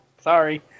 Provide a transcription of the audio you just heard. Sorry